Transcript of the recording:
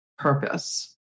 purpose